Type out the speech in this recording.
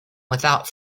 without